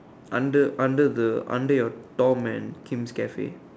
under under the under your dorm man Kim's cafe